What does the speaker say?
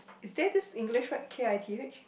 is there this English word K I T H